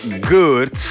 good